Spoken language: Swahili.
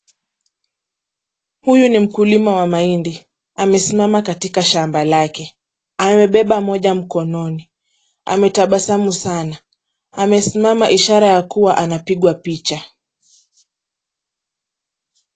Huyu ni mkulima wa mahindi, amesimama katika shamba lake, amebeba moja mkononi, ametabasamu sana, amesimama ishara ya kuwa anapigwa picha.